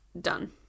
done